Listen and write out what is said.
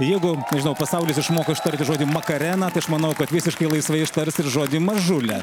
jeigu žinau pasaulis išmoko ištarti žodį makarena tai aš manau kad visiškai laisvai ištars žodį mažule